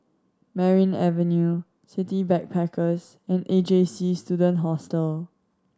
Merryn Avenue City Backpackers and A J C Student Hostel